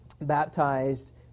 baptized